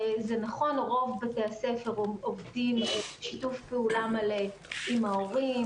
זה נכון שרוב בתי הספר עובדים בשיתוף פעולה מלא עם ההורים,